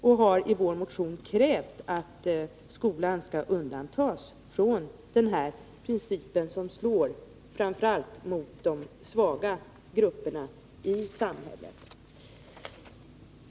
Vi har i vår motion krävt att skolan skall undantas från den här principen, som slår framför allt mot de svaga grupperna i samhället.